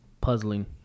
puzzling